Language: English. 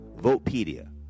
Votepedia